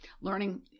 learning